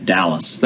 Dallas